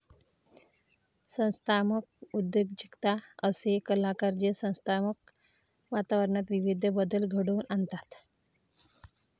संस्थात्मक उद्योजकता असे कलाकार जे संस्थात्मक वातावरणात विविध बदल घडवून आणतात